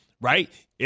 right